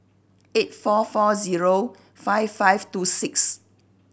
eight four four zero five five two six